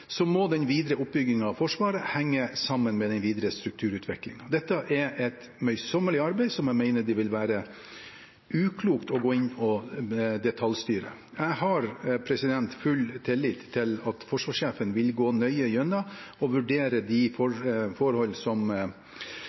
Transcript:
må den videre oppbyggingen av Forsvaret henge sammen med den videre strukturutviklingen. Dette er et møysommelig arbeid som jeg mener det ville være uklokt å gå inn og detaljstyre. Jeg har full tillit til at forsvarsjefen vil gå nøye igjennom og vurdere de forholdene som forsvarsanalysen omtaler, herunder et eventuelt behov for